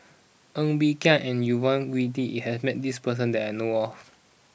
Ng Bee Kia and Yvonne Uhde has met this person that I know of